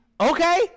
Okay